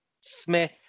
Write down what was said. Smith